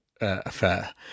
affair